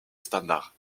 standard